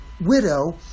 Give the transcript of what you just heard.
widow